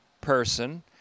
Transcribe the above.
person